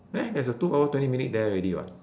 eh there's a two hour twenty minute there already [what]